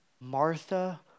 Martha